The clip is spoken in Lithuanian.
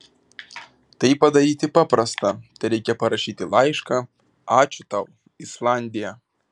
tai padaryti paprasta tereikia parašyti laišką ačiū tau islandija